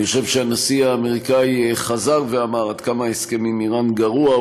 אני חושב שהנשיא האמריקני חזר ואמר עד כמה ההסכם עם איראן גרוע.